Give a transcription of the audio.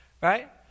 right